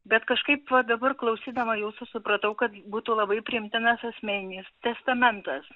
bet kažkaip va dabar klausydama jo supratau kad būtų labai priimtinas asmeninis testamentas